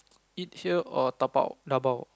eat here or dabao dabao